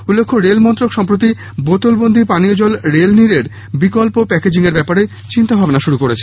উল্লেখ্য রেলমন্ত্রক সম্প্রতি বোতলবন্দী পানীয় জল রেল নীড় এর বিকল্প প্যাকেজিং এর ব্যাপারে চিন্তাভাবনা শুরু করেছে